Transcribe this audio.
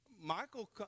Michael